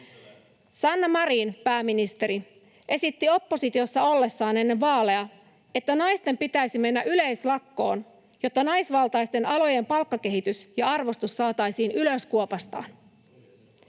Sanna Marin, pääministeri, esitti oppositiossa ollessaan ennen vaaleja, että naisten pitäisi mennä yleislakkoon, jotta naisvaltaisten alojen palkkakehitys ja arvostus saataisiin ylös kuopasta.